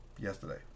yesterday